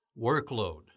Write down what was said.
workload